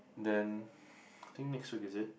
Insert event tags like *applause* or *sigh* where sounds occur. then *breath* I think next week is it